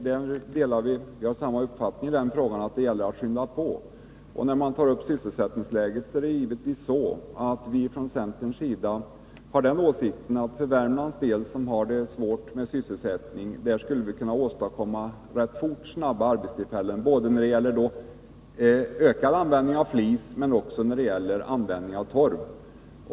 Herr talman! Nej, vi har givetvis samma uppfattning i den frågan. Det gäller att skynda på processen. När det gäller sysselsättningsläget har vi från centern den åsikten att vi i Värmland, som har det svårt med sysselsättningen, rätt fort skulle kunna åstadkomma arbetstillfällen genom en ökad användning av flis men också genom användning av torv.